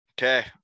Okay